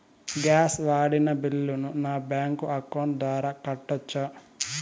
Gas వాడిన బిల్లును నా బ్యాంకు అకౌంట్ ద్వారా కట్టొచ్చా?